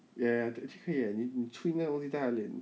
ya ya 你你吹 eh 你吹那个东西在他的脸